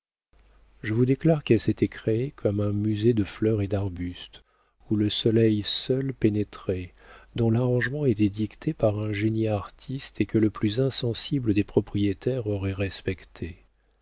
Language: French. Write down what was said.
je vous déclare qu'elle s'était créé comme un musée de fleurs et d'arbustes où le soleil seul pénétrait dont l'arrangement était dicté par un génie artiste et que le plus insensible des propriétaires aurait respecté